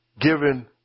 given